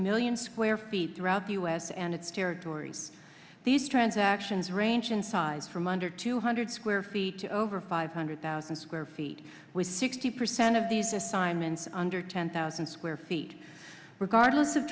million square feet throughout the u s and its territories these transactions range in size from under two hundred square feet to over five hundred thousand square feet with sixty percent of these assignments under ten thousand square feet regardless of